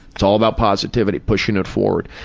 it's all about positivity, pushing it forward.